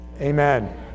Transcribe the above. amen